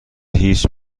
هیچی